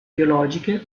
biologiche